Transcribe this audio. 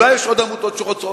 אולי יש עוד עמותות שרוצות?